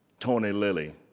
tony lilly,